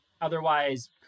Otherwise